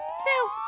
so,